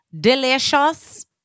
delicious